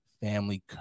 family